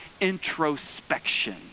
introspection